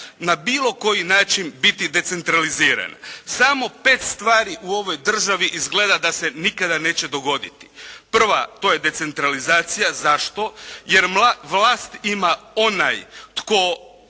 na bilo koji način biti decentralizirana. Samo pet stvari u ovoj državi izgleda da se nikada neće dogoditi. Prva to je decentralizacija. Zašto? Jer vlast ima onaj tko